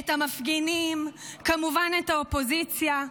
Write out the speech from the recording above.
את המפגינים, וכמובן את האופוזיציה,